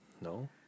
No